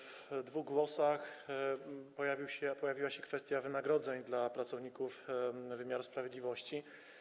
W dwóch głosach pojawiła się kwestia wynagrodzeń dla pracowników wymiaru sprawiedliwości.